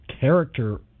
character